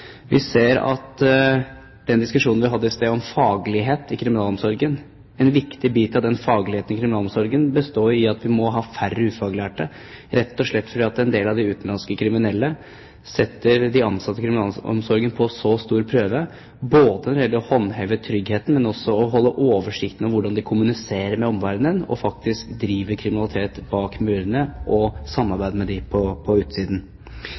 Vi ser av den diskusjonen vi hadde i sted om faglighet i kriminalomsorgen, at en viktig bit at den fagligheten består i at vi må ha færre ufaglærte, rett og slett fordi en del av de utenlandske kriminelle setter de ansatte i kriminalomsorgen på så stor prøve, ikke bare når det gjelder å håndheve tryggheten, men også å holde oversikten over hvordan de kommuniserer med omverdenen og faktisk driver kriminalitet bak murene og samarbeider med dem på utsiden.